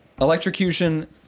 electrocution